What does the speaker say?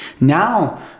Now